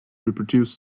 reproduce